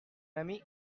ami